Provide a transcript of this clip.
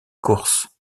course